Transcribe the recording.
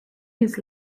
his